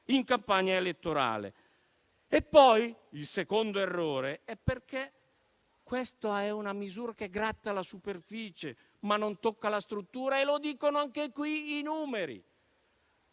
in campagna elettorale. Il secondo errore è che questa è una misura che gratta la superficie, ma non tocca la struttura. Lo dicono, anche qui, i numeri.